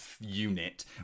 unit